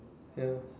ya